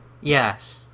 Yes